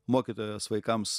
mokytojas vaikams